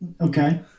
Okay